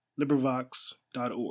LibriVox.org